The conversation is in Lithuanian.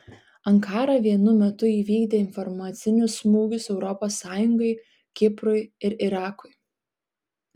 ankara vienu metu įvykdė informacinius smūgius europos sąjungai kiprui ir irakui